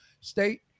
State